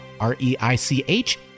R-E-I-C-H